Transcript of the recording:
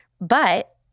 But-